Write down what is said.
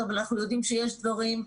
אבל אנחנו יודעים שיש דברים,